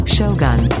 Shogun